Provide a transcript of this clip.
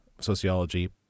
sociology